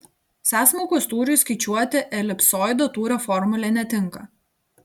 sąsmaukos tūriui skaičiuoti elipsoido tūrio formulė netinka